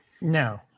No